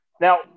Now